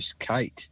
Kate